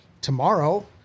tomorrow